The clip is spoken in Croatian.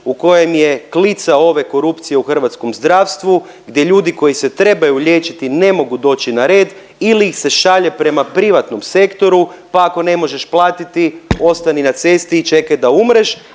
u kojem je klica ove korupcije u hrvatskom zdravstvu gdje ljudi koji se trebaju liječiti ne mogu doći na red ili ih se šalje prema privatnom sektoru, pa ako ne možeš platiti ostani na cesti i čekaj da umreš,